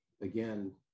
again